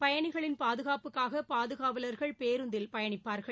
பயணிகளின் பாதுகாப்புக்காக பாதுகாவலர்கள் பேருந்தில் பயணிப்பார்கள்